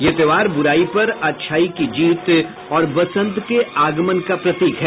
यह त्यौहार बुराई पर अच्छाई की जीत और बसंत के आगमन का प्रतीक है